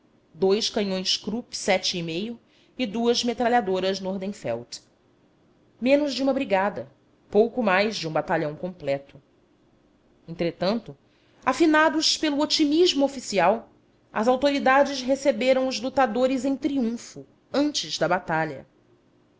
e e duas metralhadoras nordenfeldt menos de uma brigada pouco mais de um batalhão completo entretanto afinados pelo otimismo oficial as autoridades receberam os lutadores em triunfo antes da batalha